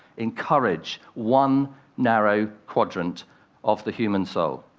encourage, one narrow quadrant of the human soul